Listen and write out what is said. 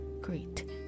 Great